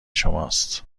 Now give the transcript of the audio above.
شماست